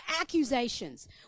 Accusations